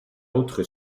autre